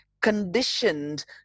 conditioned